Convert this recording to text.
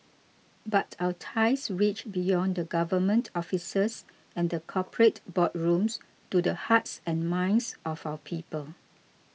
but our ties reach beyond the government offices and the corporate boardrooms to the hearts and minds of our people